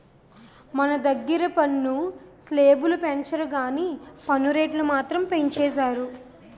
మన దగ్గిర పన్ను స్లేబులు పెంచరు గానీ పన్ను రేట్లు మాత్రం పెంచేసారు